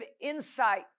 insight